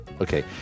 Okay